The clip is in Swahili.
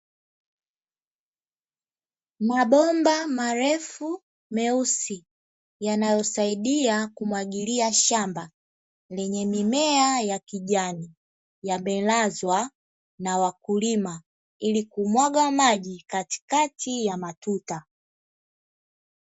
Mabomba marefu meusi yanayosidia kumwagilia maji katika shamba lenye mimea ya kijani yamelazwa na wakulima ili kumwaga maji katikati ya matuta.